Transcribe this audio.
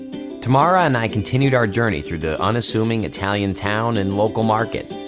tamara and i continued our journey through the unassuming italian town and local market.